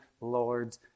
Lord